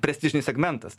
prestižinis segmentas